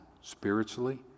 Spiritually